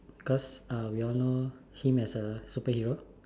cause uh we all know him as a superhero